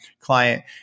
client